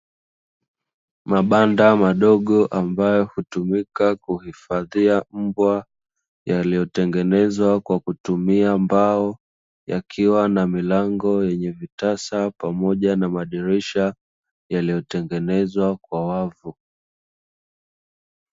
Mabanda madogo ambayo hutumika kuhifadhia mbwa, yaliyotengenezwa kwa kutumia mbao, yakiwa na milango yenye vitasa pamoja na madirisha, yaliyotengenezwa kwa wavu.